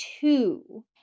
two